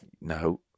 no